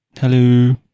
Hello